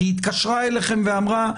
היא התקשרה אליכם ואמרה,